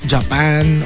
Japan